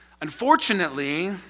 Unfortunately